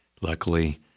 Luckily